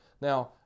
Now